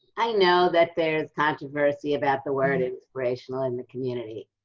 i know that there's controversy about the word inspirational in the community.